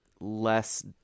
less